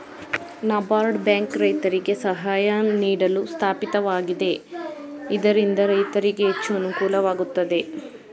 NABARD bank ರೈತರಿಗೆ ಸಹಾಯ ನೀಡಲು ಸ್ಥಾಪಿತವಾಗಿದೆ ಇದರಿಂದ ರೈತರಿಗೆ ಹೆಚ್ಚು ಅನುಕೂಲವಾಗುತ್ತದೆ